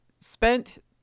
spent